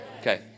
Okay